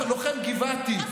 לוחם גבעתי שנהרג,